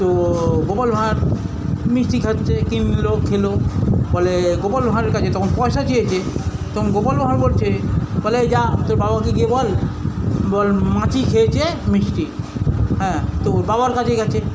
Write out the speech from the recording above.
তো গোপাল ভাঁড় মিষ্টি খাচ্ছে কিনলো খেলো ফলে গোপাল ভাঁড়ের কাছে তখন পয়সা চেয়েছে তখন গোপাল ভাঁড় বলছে বলে যা তোর বাবাকে গিয়ে বল বল মাছি খেয়েছে মিষ্টি হ্যাঁ তো ওর বাবার কাছে গেছে